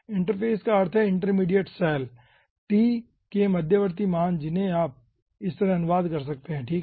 interface का अर्थ है इंटरमीडिएट सैल t के मध्यवर्ती मान जिनका आप इस तरह से अनुवाद कर सकते हैं ठीक है